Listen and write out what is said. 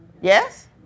Yes